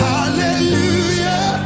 Hallelujah